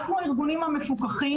אנחנו הארגונים המפוקחים,